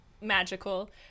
magical